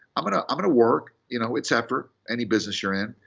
i'm going ah i'm going to work. you know, it's effort, any business you're in.